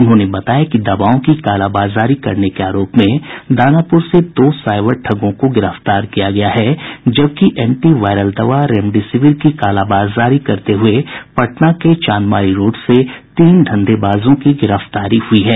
उन्होंने बताया कि दवाओं की कालाबाजारी करने के आरोप में दानापुर से दो साइबर ठगों को गिरफ्तार किया गया है जबकि एंटी वायरल दवा रेमडेसिविर की कालाबाजारी करते हुए पटना के चांदमारी रोड से तीन धंधेबाजों की गिरफ्तारी हुई है